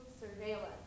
Surveillance